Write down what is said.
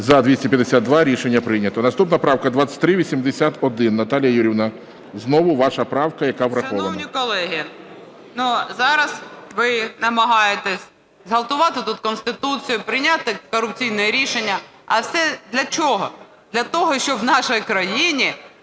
За-252 Рішення прийнято. Наступна правка 2381. Наталія Юріївна, знову ваша правка, яка врахована. 13:31:15 КОРОЛЕВСЬКА Н.Ю. Шановні колеги, зараз ви намагаєтесь зґвалтувати тут Конституцію, прийняти корупційне рішення. А все для чого? Для того, щоб в нашій країні